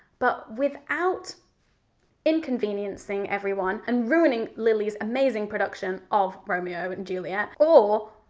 but without inconveniencing everyone, and ruining lily's amazing production of romeo and juliet or,